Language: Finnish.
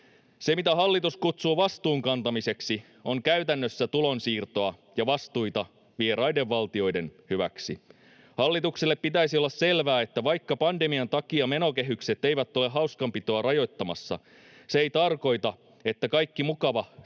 Se, mitä hallitus kutsuu vastuun kantamiseksi, on käytännössä tulonsiirtoa ja vastuita vieraiden valtioiden hyväksi. Hallitukselle pitäisi olla selvää, että vaikka pandemian takia menokehykset eivät ole hauskanpitoa rajoittamassa, se ei tarkoita, että kaikki mukava tulee